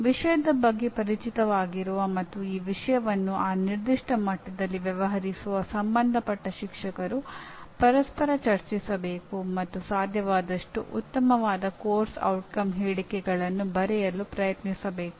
ವಿಷಯದ ಬಗ್ಗೆ ಪರಿಚಿತವಾಗಿರುವ ಮತ್ತು ಆ ವಿಷಯವನ್ನು ಆ ನಿರ್ದಿಷ್ಟ ಮಟ್ಟದಲ್ಲಿ ವ್ಯವಹರಿಸುವ ಸಂಬಂಧಪಟ್ಟ ಶಿಕ್ಷಕರು ಪರಸ್ಪರ ಚರ್ಚಿಸಬೇಕು ಮತ್ತು ಸಾಧ್ಯವಾದಷ್ಟು ಉತ್ತಮವಾದ ಪಠ್ಯಕ್ರಮದ ಪರಿಣಾಮದ ಹೇಳಿಕೆಗಳನ್ನು ಬರೆಯಲು ಪ್ರಯತ್ನಿಸಬೇಕು